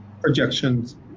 projections